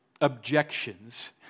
objections